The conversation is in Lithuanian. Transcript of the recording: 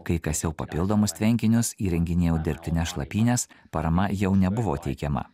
kai kasiau papildomus tvenkinius įrenginėjau dirbtines šlapynes parama jau nebuvo teikiama